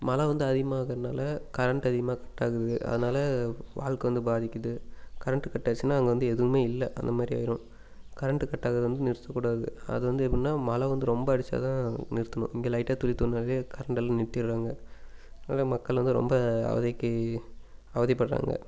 மழை வந்து அதிகமாக ஆகுறனால கரெண்ட்டு அதிகமாக கட்டாகுது அதனால் வாழ்க்க வந்து பாதிக்கிறது கரெண்ட்டு கட்டாச்சுன்னா அங்கே வந்து எதுவுமே இல்லை அந்த மாதிரி ஆயிடும் கரெண்ட்டு கட்டாகுறது வந்து நிறுத்தக்கூடாது அது வந்து எப்பிட்னா மழை வந்து ரொம்ப அடித்தா தான் நிறுத்தணும் இங்கே லைட்டாக துளி தூறிணாவே கரெண்டெல்லாம் நிறுத்திடறாங்க அதனால் மக்கள் வந்து ரொம்ப அவதிக்கு அவதிபடுறாங்க